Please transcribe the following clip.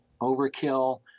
overkill